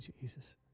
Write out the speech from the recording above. Jesus